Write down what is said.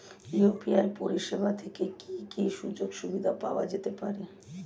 UPI পরিষেবা থেকে কি কি সুযোগ সুবিধা পাওয়া যেতে পারে?